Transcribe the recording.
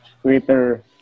Twitter